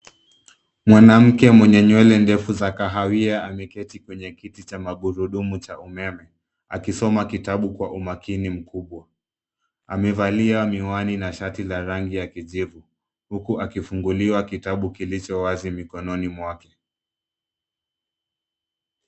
Mwanamke mwenye nywele ndefu za kahawia ameketi kwenye kiti cha magurudumu cha umeme akisoma kitabu kwa umakini mkubwa. Amevalia miwani na shati la rangi ya kijivu huku akifunguliwa kitabu kilicho wazi mikononi mwake.